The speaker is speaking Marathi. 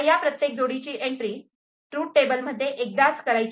या प्रत्येक जोडीची एन्ट्री ट्रूथ टेबल मध्ये एकदाच करायची